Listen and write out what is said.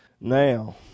Now